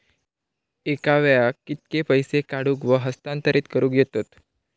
एका वेळाक कित्के पैसे काढूक व हस्तांतरित करूक येतत?